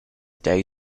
day